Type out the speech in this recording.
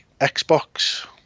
Xbox